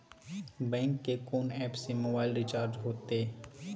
Bank के कोन app से मोबाइल रिचार्ज हेते?